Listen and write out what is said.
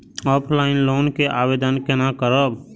Offline loan के आवेदन केना करब?